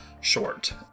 short